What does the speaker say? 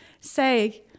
say